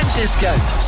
discount